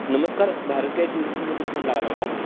नमस्कार भारत गॅस एजन्सीमध्ये फोन लागला आहे का